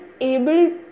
able